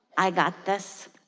i got this.